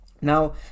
Now